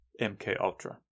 MKUltra